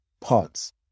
parts